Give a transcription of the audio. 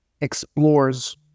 explores